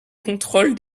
contrôle